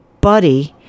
Buddy